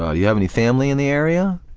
ah you have any family in the area?